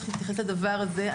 צריך להתייחס לדבר הזה.